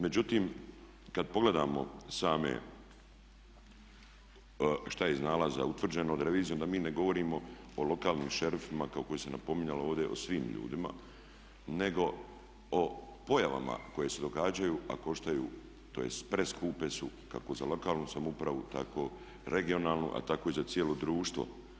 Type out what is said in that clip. Međutim, kad pogledamo sami šta je iz nalaza utvrđeno od revizije, onda mi ne govorimo o lokalnim šerifima kako se napominjalo ovdje o svim ljudima, nego o pojavama koje se događaju a koštaju, tj. preskupe su kako za lokalnu samoupravu, tako regionalnu, a tako i za cijelo društvo.